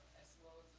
as well